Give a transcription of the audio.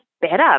better